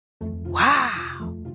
Wow